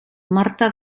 marta